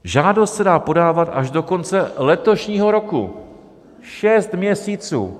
Žádost se dá podávat až do konce letošního roku šest měsíců.